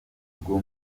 bwo